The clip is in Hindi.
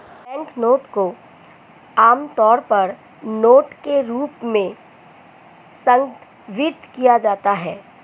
बैंकनोट को आमतौर पर नोट के रूप में संदर्भित किया जाता है